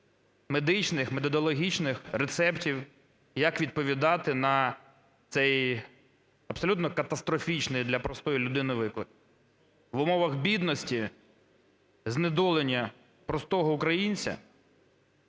медичних, методологічних рецептів, як відповідати на цей абсолютно катастрофічний для простої людини виклик. В умовах бідності, знедолення простого українця,